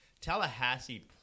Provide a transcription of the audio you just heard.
Tallahassee